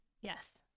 Yes